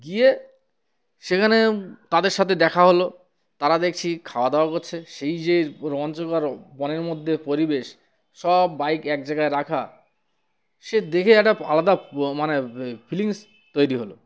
গিয়ে সেখানে তাদের সাথে দেখা হলো তারা দেখছি খাওয়া দাওয়া করছে সেই যে রোমাঞ্চকর বনের মধ্যে পরিবেশ সব বাইক এক জায়গায় রাখা সে দেখে একটা আলাদা মানে ফিলিংস তৈরি হলো